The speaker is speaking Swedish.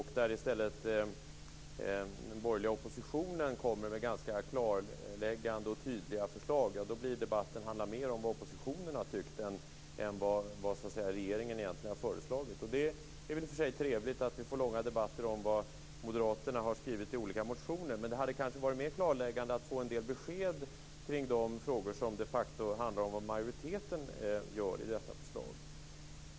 När den borgerliga oppositionen i stället kommer med ganska klarläggande förslag handlar debatten mer om vad oppositionen har tyckt än om vad regeringen egentligen har föreslagit. Det är väl i och för sig trevligt att vi får långa debatter om vad Moderaterna har skrivit i olika motioner. Men det hade kanske varit mer klarläggande att få en del besked kring de frågor som de facto handlar om vad majoriteten gör med detta förslag.